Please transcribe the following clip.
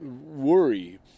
worry